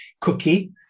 cookie